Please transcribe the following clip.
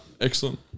excellent